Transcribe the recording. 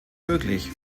möglich